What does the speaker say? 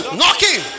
knocking